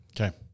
Okay